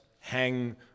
hang